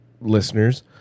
listeners